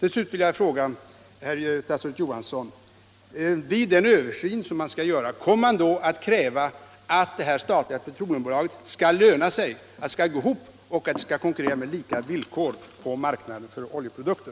Till slut vill jag fråga herr statsrådet Johansson: Kommer man, vid den översyn man skall göra, att kräva att det statliga petroleumbolaget skall gå ihop ekonomiskt och att det skall konkurrera på lika villkor på marknaden för oljeprodukter?